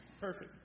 Perfect